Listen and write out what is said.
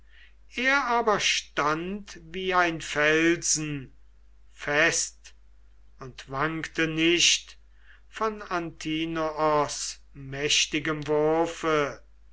er aber stand wie ein felsen fest und wankte nicht von antinoos mächtigem wurfe